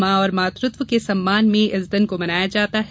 माँ और मातृत्व के सम्मान में इस दिन को मनाया जाता है